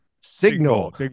signal